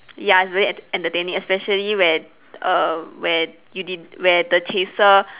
ya it's very en~ entertaining especially when err when you didn't where the chaser